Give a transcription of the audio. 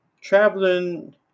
traveling